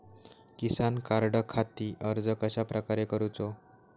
किसान कार्डखाती अर्ज कश्याप्रकारे करूचो?